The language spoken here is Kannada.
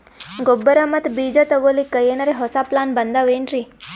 ಗೊಬ್ಬರ ಮತ್ತ ಬೀಜ ತೊಗೊಲಿಕ್ಕ ಎನರೆ ಹೊಸಾ ಪ್ಲಾನ ಬಂದಾವೆನ್ರಿ?